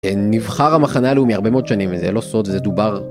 נבחר המחנה לאומי הרבה מאוד שנים זה לא סוד זה דובר.